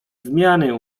zmiany